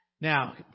Now